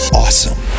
awesome